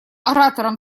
оратором